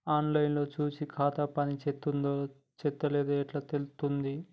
On line లో చూసి ఖాతా పనిచేత్తందో చేత్తలేదో ఎట్లా తెలుత్తది?